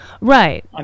Right